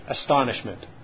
astonishment